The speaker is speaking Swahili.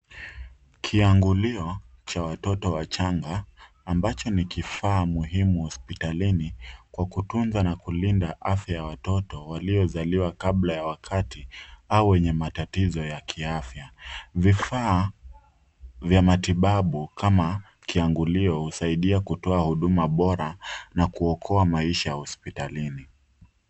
Kiangulio cha watoto wachanga ambacho ni kifaa muhimu hospitalini kwa kutunzwa na kulinda afya ya watoto waliozaliwa kabla ya wakati au wenye matatizo ya kiafya, vifaa vya matibabu kama Kiangulio husaidia kutoa huduma bora na kuokoa maisha ya hospitalini.